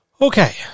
Okay